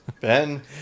Ben